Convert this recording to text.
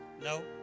No